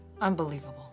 Unbelievable